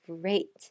great